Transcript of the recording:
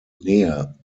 nähe